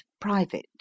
private